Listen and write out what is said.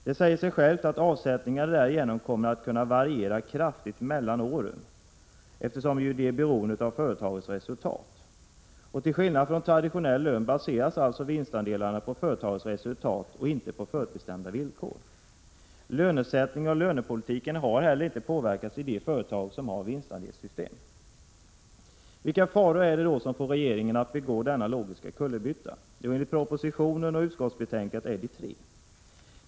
Det säger sig självt att avsättningarna därigenom kommer att kunna variera kraftigt mellan åren, eftersom de är beroende av företagets resultat. Till skillnad från traditionell lön baseras alltså vinstandelarna på företagets resultat, inte på förutbestämda villkor. Lönesättningen och lönepolitiken har heller inte påverkats i de företag som har vinstandelssystem. Vilka faror är det då som får regeringen att begå denna logiska kullerbytta? Jo, enligt propositionen och utskottsbetänkandet är de tre.